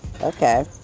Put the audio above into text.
Okay